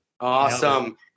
Awesome